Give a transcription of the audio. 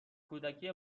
کودکی